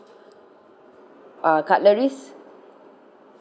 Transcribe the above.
uh cutleries